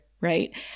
right